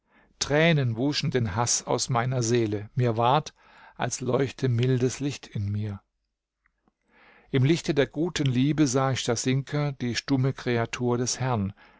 tränen wuschen den haß aus meiner seele mir ward als leuchte mildes licht in mir im lichte der guten liebe sah ich stasinka die stumme kreatur des herrn